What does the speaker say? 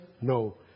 No